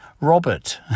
Robert